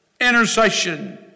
intercession